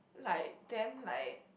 like damn like